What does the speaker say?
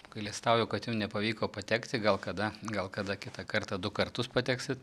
apgailestauju kad jum nepavyko patekti gal kada gal kada kitą kartą du kartus pateksit